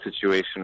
situation